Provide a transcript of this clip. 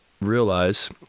realize